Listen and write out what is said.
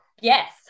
Yes